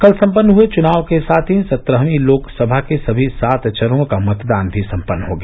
कल सम्पन्न हये चुनाव के साथ ही सत्रहवीं लोकसभा के सभी सात चरणों का मतदान भी सम्पन्न हो गया